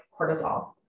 cortisol